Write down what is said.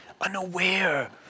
unaware